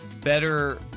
better